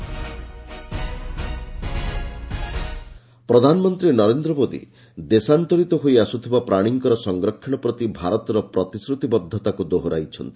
PM Modi COP summit ପ୍ରଧାନମନ୍ତ୍ରୀ ନରେନ୍ଦ୍ର ମୋଦୀ ଦେଶାନ୍ତରିତ ହୋଇ ଆସୁଥିବା ପ୍ରାଣୀଙ୍କର ସଂରକ୍ଷଣ ପ୍ରତି ଭାରତର ପ୍ରତିଶ୍ରତିବଦ୍ଧତାକୁ ଦୋହରାଇଛନ୍ତି